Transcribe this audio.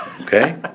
Okay